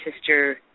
sister